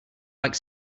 like